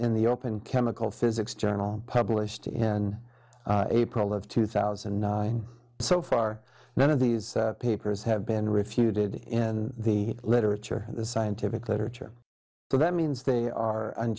in the open chemical physics journal published in april of two thousand and nine so far none of these papers have been refuted in the literature the scientific literature so that means they are